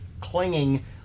clinging